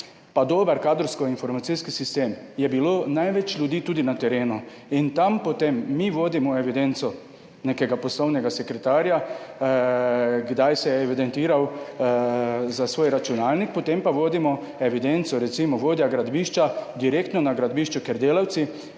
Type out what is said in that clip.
pa dober kadrovsko-informacijski sistem, je bilo največ ljudi tudi na terenu. In tam potem mi vodimo evidenco nekega poslovnega sekretarja, kdaj se je evidentiral za svoj računalnik, potem pa vodimo evidenco, recimo vodja gradbišča direktno na gradbišču, ker delavci